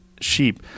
sheep